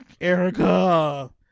Erica